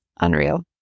Unreal